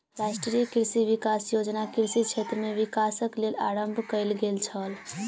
राष्ट्रीय कृषि विकास योजना कृषि क्षेत्र में विकासक लेल आरम्भ कयल गेल छल